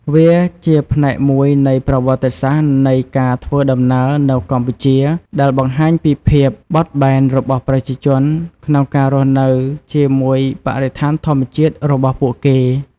វាជាផ្នែកមួយនៃប្រវត្តិសាស្ត្រនៃការធ្វើដំណើរនៅកម្ពុជាដែលបង្ហាញពីភាពបត់បែនរបស់ប្រជាជនក្នុងការរស់នៅជាមួយបរិស្ថានធម្មជាតិរបស់ពួកគេ។